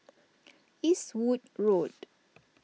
Eastwood Road